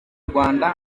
rwanda